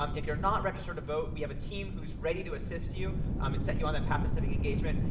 um if you're not registered to vote, we have a team who's ready to assist you um and set you on that path of civic engagement.